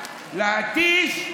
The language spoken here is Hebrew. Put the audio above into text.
להתיש,